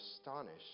astonished